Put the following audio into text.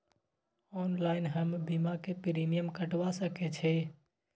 Online हम बीमा के प्रीमियम कटवा सके छिए?